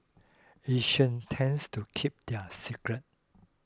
Asians tends to keep their secrets